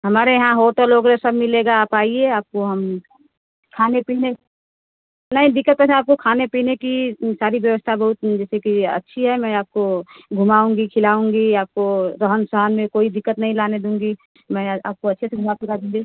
हमारे यहाँ होटल वगैरह सब मिलेगा आप आइए आपको हम खाने पीने नहीं दिक़्क़त वैसे आपको खाने पीने की सारी व्यवस्था बहुत मिलती भी है अच्छी है मैं आपको घुमाऊँगी खिलाऊँगी आपको रहन सहन में कोई दिक़्क़त नहीं लाने दूँगी मैं आपको अच्छे से घुमा फिरा दूँगी